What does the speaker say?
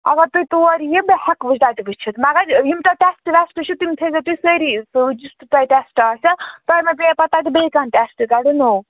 اگر تُہۍ تور یِِیِو بہٕ ہیکوٕ تَتہِ وُچھِتھ مگر یِم تۄہہِ ٹیسٹ ویسٹ چھِ تِم تھٲوِزیٚو تُہۍ سٲری سۭتۍ یُس تہِ تۄہہِ ٹیٚسٹ آسٮ۪و تۄہہِ ما پیٚیو پَتہِ تَتہِ بیٚیہِ کانٛہہ ٹیٚسٹہٕ کَڈُن نوٚو